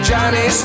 Johnny